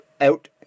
out